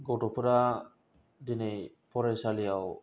गथ'फोरा दिनै फरायसालियाव